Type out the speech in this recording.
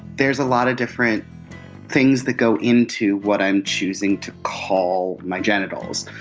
there's a lot of different things that go into what i'm choosing to call my genitals.